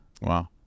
Wow